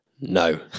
No